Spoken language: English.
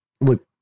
look